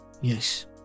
Yes